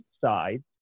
sides